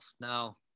Now